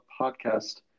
podcast